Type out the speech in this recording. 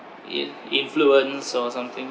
in~ influence or something